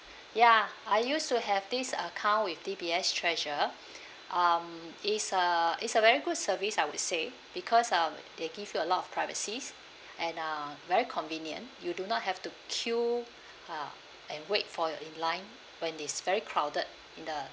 ya I used to have this account with D_B_S treasure um it's a it's a very good service I would say because of they give you a lot of privacies and uh very convenient you do not have to queue uh and wait for your in line when it's very crowded in the